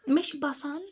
مےٚ چھِ باسان